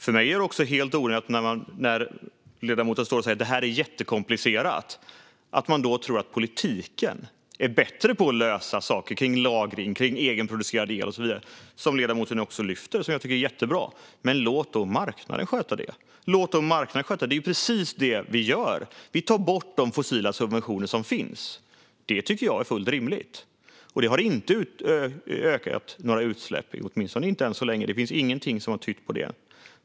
För mig är det också helt orimligt att ledamoten, som står och säger att det här är jättekomplicerat, ändå tror att politiken är bättre på att lösa frågor om lagring, egenproducerad el och så vidare. Det är saker som ledamoten lyfter och som jag tycker är bra, men låt marknaden sköta dem! Det är precis detta vi gör. Vi tar bort de fossila subventioner som finns. Det tycker jag är fullt rimligt. Det har inte ökat några utsläpp, åtminstone inte än så länge. Det finns ingenting som har tytt på det.